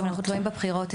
אנחנו תלויים בבחירות,